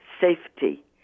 safety